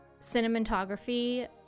cinematography